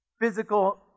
physical